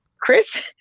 chris